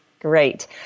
Great